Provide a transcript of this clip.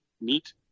meet